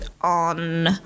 on